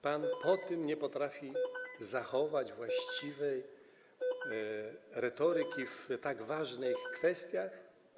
Pan po tym nie potrafi zachować właściwej retoryki w tak ważnych kwestiach?